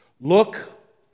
Look